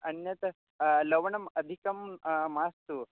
अन्यत् लवणम् अधिकं मास्तु